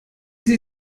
sie